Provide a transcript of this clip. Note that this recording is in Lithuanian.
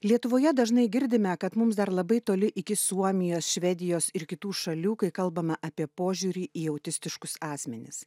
lietuvoje dažnai girdime kad mums dar labai toli iki suomijos švedijos ir kitų šalių kai kalbama apie požiūrį į autistiškus asmenis